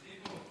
מוותר.